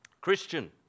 Christian